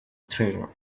treasure